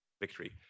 victory